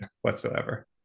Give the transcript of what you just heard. whatsoever